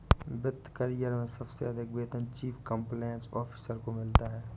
वित्त करियर में सबसे अधिक वेतन चीफ कंप्लायंस ऑफिसर को मिलता है